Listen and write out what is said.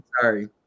sorry